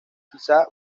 quizá